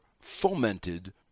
fomented